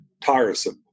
tiresome